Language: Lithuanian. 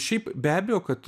šiaip be abejo kad